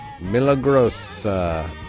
Milagrosa